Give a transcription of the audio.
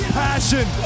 passion